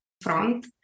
front